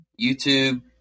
YouTube